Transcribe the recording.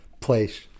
place